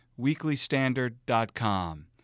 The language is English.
weeklystandard.com